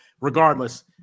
regardless